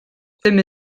ddim